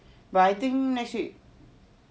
but I think next week